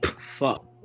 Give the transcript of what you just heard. Fuck